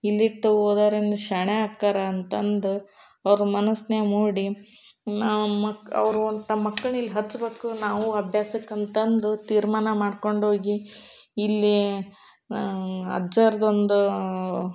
ಇಲ್ಲಿಟ್ಟು ಓದೋರಿಂದ ಶಾಣೆ ಆಕ್ಕಾರ ಅಂತಂದು ಅವ್ರ ಮನಸ್ನ್ಯಾಗ ಮೂಡಿ ನಮ್ಮ ಮಕ್ ಅವರು ತಮ್ಮ ಮಕ್ಳನ್ನ ಇಲ್ಲಿ ಹಚ್ಚಬೇಕು ನಾವು ಅಭ್ಯಾಸಕ್ಕಂತಂದು ತೀರ್ಮಾನ ಮಾಡಿಕೊಂಡೋಗಿ ಇಲ್ಲಿ ಅಜ್ಜವರದ್ದೊಂದು